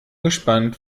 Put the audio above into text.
gespannt